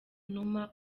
numa